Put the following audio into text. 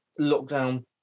lockdown